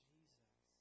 Jesus